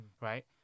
right